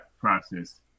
process